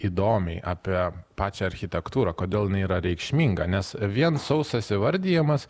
įdomiai apie pačią architektūrą kodėl jinai yra reikšminga nes vien sausas įvardijimas